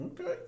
Okay